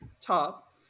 top